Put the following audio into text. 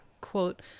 quote